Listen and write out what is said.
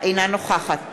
אינה נוכחת